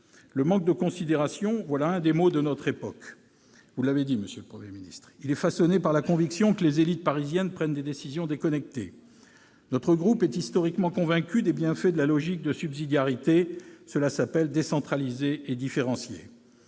Le manque de considération, voilà l'un des maux de notre époque, vous l'avez dit, monsieur le Premier ministre. Il est façonné par la conviction que les élites parisiennes prennent des décisions déconnectées. Notre groupe est historiquement convaincu des bienfaits de la logique de subsidiarité. Cela s'appelle décentraliser et différencier.